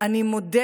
"אני מודה